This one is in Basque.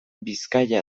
bizkaia